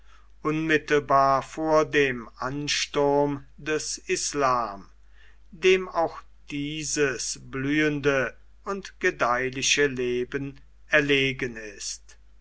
unmittelbar vor dem ansturm des islam dem auch dieses blühende und gedeihliche leben erlegen ist